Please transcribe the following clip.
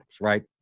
right